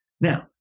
Now